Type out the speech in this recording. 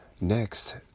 Next